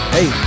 Hey